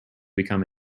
become